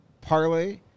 parlay